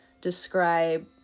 describe